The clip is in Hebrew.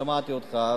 שמעתי אותך,